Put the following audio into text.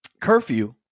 curfew